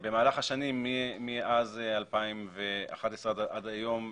במהלך השנים, מאז 2011 עד היום,